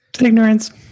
ignorance